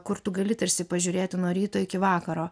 kur tu gali tarsi pažiūrėti nuo ryto iki vakaro